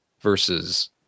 versus